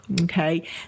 okay